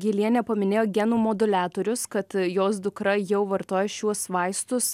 gylienė paminėjo genų moduliatorius kad jos dukra jau vartoja šiuos vaistus